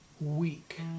week